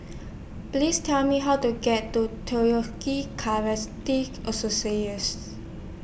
Please Tell Me How to get to Karate